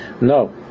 no